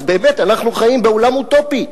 אז באמת אנחנו חיים בעולם אוטופי.